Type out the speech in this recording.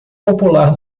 popular